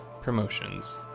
promotions